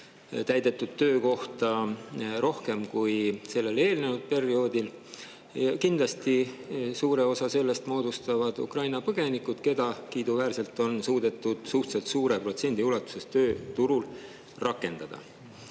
täidetud töökohta rohkem kui sellele eelnenud perioodil. Kindlasti suure osa sellest moodustavad Ukraina põgenikud, keda kiiduväärselt on suudetud suhteliselt suure protsendi ulatuses tööturul rakendada.